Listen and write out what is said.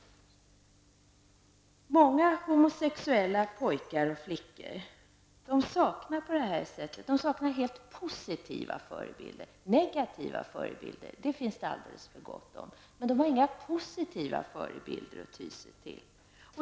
Många homosexuella pojkar och flickor saknar helt positiva förebilder. Negativa förebilder finns det alldeles för gott om. Men de har inga positiva förebilder att ty sig till.